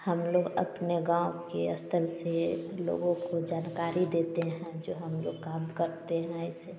हम लोग अपने गाँव के स्तर से लोगों को जानकारी देते हैं जो हम लोग काम करते हैं ऐसे